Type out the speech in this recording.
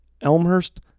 Elmhurst